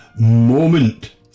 moment